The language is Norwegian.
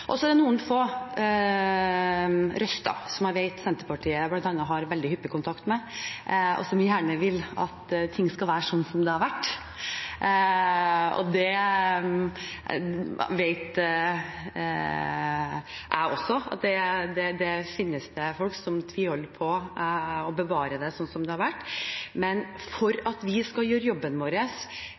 også mange tilbakemeldinger. Det er mange som synes det er vanskelig, men som sier at dette er nødvendig. Så er det noen få røster som jeg vet Senterpartiet, bl.a., har veldig hyppig kontakt med, og som gjerne vil at ting skal være sånn som det har vært. Jeg vet også at det finnes folk som tviholder på å bevare det sånn som det har vært. Men for at vi skulle gjøre